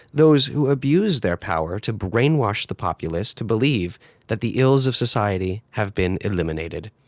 those who abuse their power to brainwash the populace to believe that the ills of society have been eliminated.